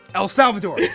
el salvador.